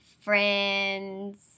Friends